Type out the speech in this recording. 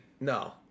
No